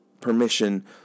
permission